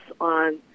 on